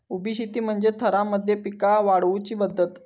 उभी शेती म्हणजे थरांमध्ये पिका वाढवुची पध्दत